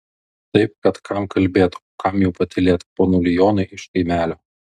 taip kad kam kalbėt o kam jau patylėt ponuli jonai iš kaimelio